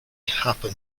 happen